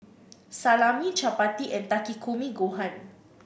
Salami Chapati and Takikomi Gohan